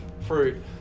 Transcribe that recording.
fruit